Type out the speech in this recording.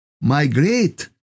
migrate